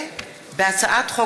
הצעת חוק